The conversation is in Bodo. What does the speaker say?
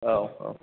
औ औ